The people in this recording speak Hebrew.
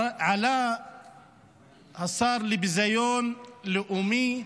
עלה לכאן השר לביזיון לאומי,